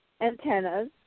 antennas